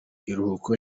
iruhuko